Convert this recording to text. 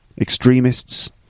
extremists